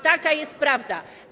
Taka jest prawda.